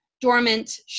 dormant